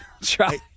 try